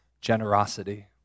Generosity